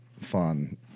fun